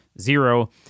Zero